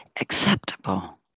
acceptable